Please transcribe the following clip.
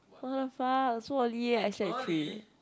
what-the-fuck so early I slept at three